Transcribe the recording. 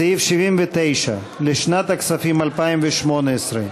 סעיף 79 לשנת הכספים 2018,